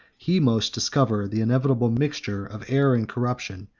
he must discover the inevitable mixture of error and corruption,